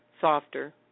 softer